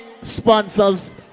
sponsors